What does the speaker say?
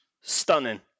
Stunning